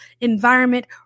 environment